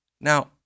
Now